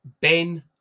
Ben